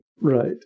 right